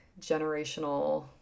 generational